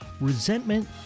resentment